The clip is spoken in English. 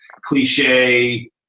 cliche